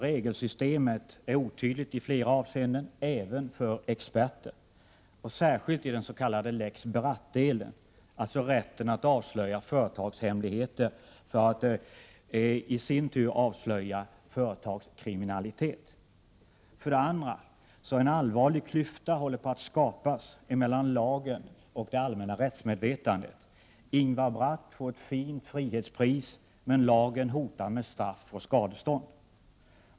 Regelsystemet är otydligt i flera avseenden, även för experter. Särskilt gäller detta den s.k. lex Bratt-delen, alltså rätten att avslöja företagshemligheter för att på det sättet avslöja företagskriminalitet. 2. En allvarlig klyfta håller på att skapas mellan lagen och det allmänna rättsmedvetandet. Ingvar Bratt får ett fint frihetspris, men lagen hotar med straff och skadestånd.